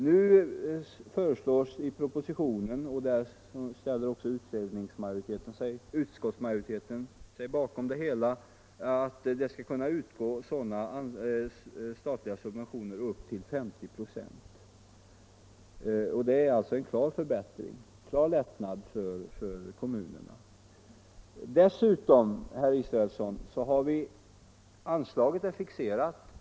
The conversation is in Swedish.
Nu föreslås i propositionen — vilket utskottsmajoriteten ställer sig bak om -— att det skall kunna utgå statliga subventioner upp till 50 96. Det är en klar lättnad för kommunerna. Dessutom, herr Israelsson, är anslaget fixerat.